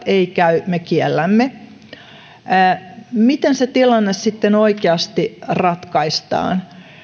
ei käy me kiellämme miten se tilanne sitten oikeasti ratkaistaan